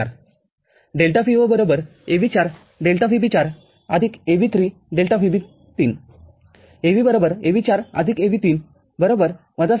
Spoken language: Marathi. ४ ΔV0 AV ४ ΔVB ४ AV३ ΔVB३ AV AV४ AV३ ६